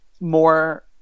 more –